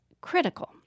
critical